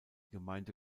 gemeinde